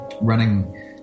running